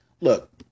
Look